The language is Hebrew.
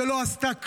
שלא עשתה כלום,